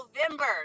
november